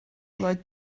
lloyd